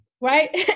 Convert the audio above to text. Right